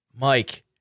Mike